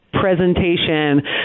presentation